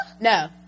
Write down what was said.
No